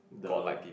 the